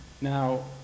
Now